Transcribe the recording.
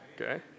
okay